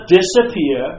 disappear